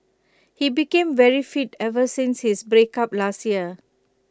he became very fit ever since his breakup last year